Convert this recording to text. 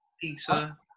Pizza